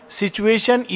situation